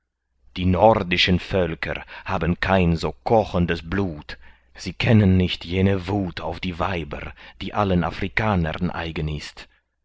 die nordischen völker haben kein so kochendes blut sie kennen nicht jene wuth auf die weiber die allen afrikanern eigen ist